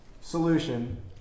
solution